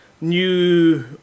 new